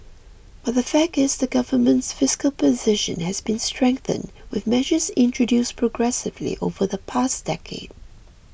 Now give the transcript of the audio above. but the fact is the government's fiscal position has been strengthened with measures introduced progressively over the past decade